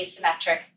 asymmetric